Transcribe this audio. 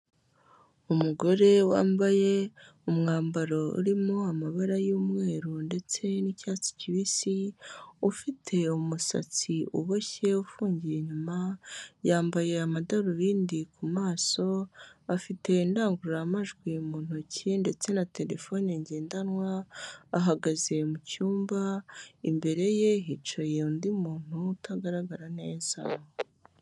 Umugore wambaye umwambaro urimo amabara y'umweru ndetse n'icyatsi kibisi ufite umusatsi uboshye ufungiye inyuma, yambaye amadarubindi ku maso, afite indangururamajwi mu ntoki ndetse na terefone ngendanwa, ahagaze mu cyumba, imbere ye hicaye undi muntu utagaragara neza